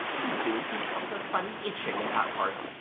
and soon he felt a funny itching in that part,